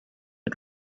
the